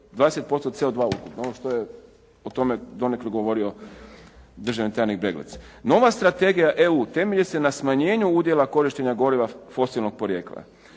20% CO2 ukupno. Ovo što je o tome donekle govorio državni tajnik Breglec. Nova strategija EU temelji se na smanjenju udjela korištenja goriva fosilnog porijekla.